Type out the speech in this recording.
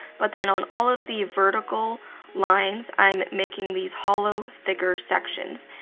but then, on all of the vertical lines, i'm making these hollow, thicker sections.